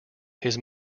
his